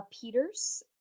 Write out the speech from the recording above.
Peters